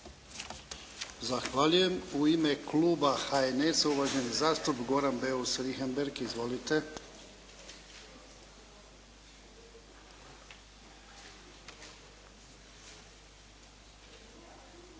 Zahvaljujem. U ime Kluba HNS-a uvaženi zastupnik Goran Beus Richembergh. Izvolite.